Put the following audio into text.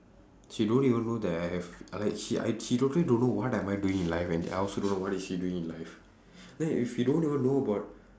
she don't even know that I have I like she I she totally don't know what am I doing in life and I also don't know what is she doing in life then if you don't even know about